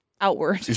Outward